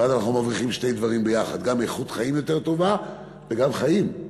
ואז אנחנו מרוויחים שני דברים ביחד: גם איכות חיים יותר טובה וגם חיים,